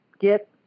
get